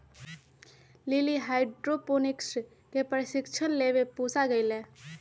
lily hydroponics के प्रशिक्षण लेवे पूसा गईलय